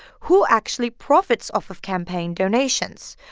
who actually profits off of campaign donations?